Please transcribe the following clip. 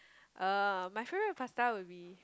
uh my favourite pasta would be